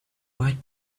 might